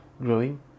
growing